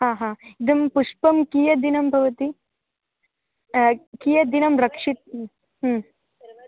हा हा इदं पुष्पं कियद्दिनं भवति कियद्दिनं रक्षितम्